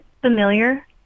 familiar